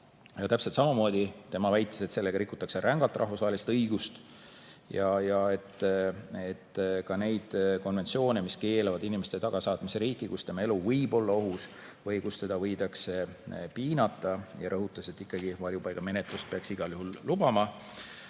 täpselt samamoodi väitis, et sellega rikutakse rängalt rahvusvahelist õigust ja ka neid konventsioone, mis keelavad inimese tagasisaatmise riiki, kus tema elu võib olla ohus või kus teda võidakse piinata. Ta rõhutas, et varjupaigamenetlust peaks igal juhul lubama.